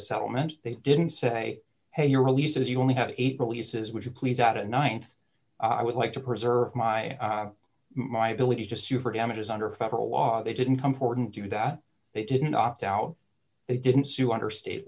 settlement they didn't say hey your releases you only have eight releases would you please out a th i would like to preserve my my ability to sue for damages under federal law they didn't come forward and do that they didn't opt out they didn't sue under state